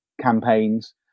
campaigns